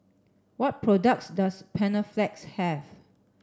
what products does Panaflex have